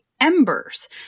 embers